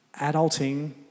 Adulting